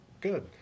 Good